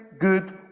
good